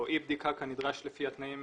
או אי בדיקה כנדרש לפי התנאים